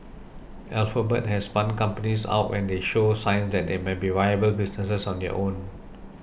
alphabet has spun companies out when they show signs that they might be viable businesses on their own